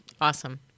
Awesome